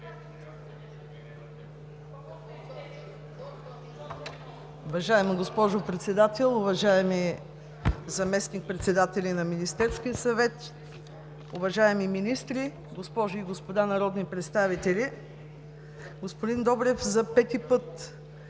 Уважаема госпожо Председател, уважаеми заместник-председатели на Министерския съвет, уважаеми министри, госпожи и господа народни представители! Господин Добрев, за пети път